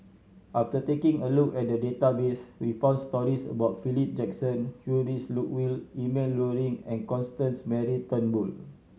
after taking a look at the database we found stories about Philip Jackson Heinrich Ludwig Emil Luering and Constance Mary Turnbull